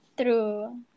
true